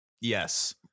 Yes